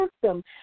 system